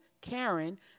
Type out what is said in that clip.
Karen